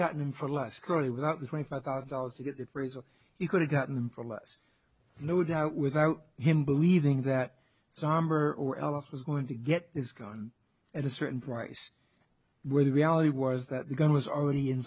gotten him for less crazy without the twenty five thousand dollars to get that phrase or he could have gotten them for less loadout without him believing that somber or alice was going to get this gun at a certain price where the reality was that the gun was already in